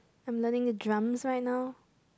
I'm learning the drums right now